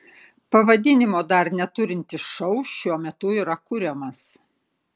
pavadinimo dar neturintis šou šiuo metu yra kuriamas